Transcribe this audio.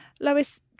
Lois